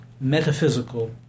metaphysical